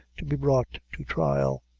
to be brought to trial.